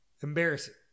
Embarrassing